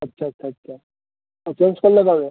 আচ্ছা আচ্ছা আচ্ছা তো চেঞ্জ করলে কবে